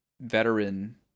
veteran